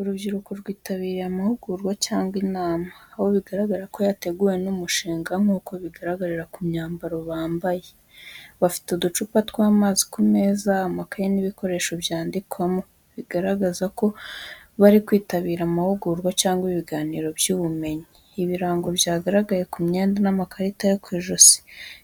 Urubyiruko rwitabiriye amahugurwa cyangwa inama, aho bigaragara ko yateguwe n’umushinga, nk’uko bigaragarira ku myambaro bambaye. Bafite uducupa tw'amazi ku meza, amakaye n’ibikoresho byandikwamo, bigaragaza ko bari kwitabira amahugurwa cyangwa ibiganiro by’ubumenyi. Ibirango byagaragaye ku myenda n’amakarita yo ku ijosi